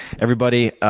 everybody,